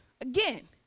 again